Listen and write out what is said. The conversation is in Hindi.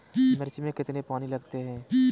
मिर्च में कितने पानी लगते हैं?